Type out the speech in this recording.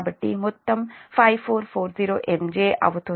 కాబట్టి మొత్తం 5440 MJ